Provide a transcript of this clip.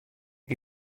hie